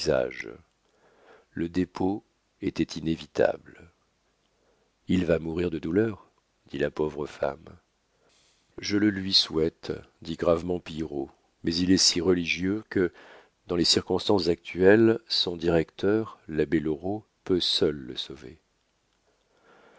le dépôt était inévitable il va mourir de douleur dit la pauvre femme je le lui souhaite dit gravement pillerault mais il est si religieux que dans les circonstances actuelles son directeur l'abbé loraux peut seul le sauver